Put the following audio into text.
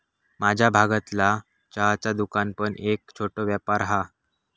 माझ्या भागतला चहाचा दुकान पण एक छोटो व्यापार हा